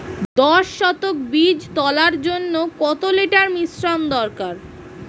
দশ শতক বীজ তলার জন্য কত লিটার মিশ্রন দরকার?